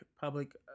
public